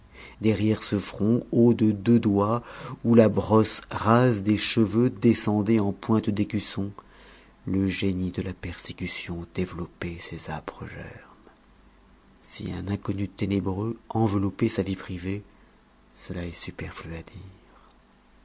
derrière ce front haut de deux doigts où la brosse rase des cheveux descendait en pointe d'écusson le génie de la persécution développait ses âpres germes si un inconnu ténébreux enveloppait sa vie privée cela est superflu à dire